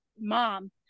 mom